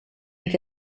und